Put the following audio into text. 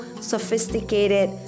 sophisticated